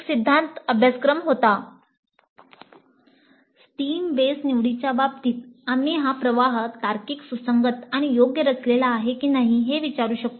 steam base निवडीच्या बाबतीत आम्ही हा प्रवाह तार्किक सुसंगत आणि योग्य रचलेला आहे की नाही हे विचारू शकतो